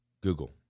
Google